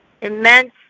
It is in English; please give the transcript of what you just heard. immense